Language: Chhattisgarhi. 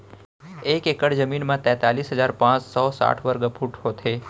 एक एकड़ जमीन मा तैतलीस हजार पाँच सौ साठ वर्ग फुट होथे